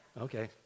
Okay